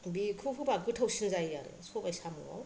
बेखौ होबा गोथावसिन जायो आरो सबाय साम'आव